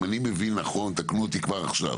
אם אני מבין נכון ותקנו אותי כבר עכשיו